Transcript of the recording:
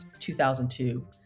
2002